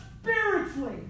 spiritually